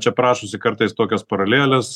čia prašosi kartais tokios paralelės